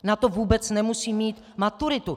Na to vůbec nemusí mít maturitu.